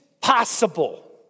possible